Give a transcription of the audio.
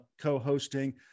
co-hosting